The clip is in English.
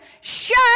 Shut